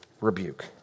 rebuke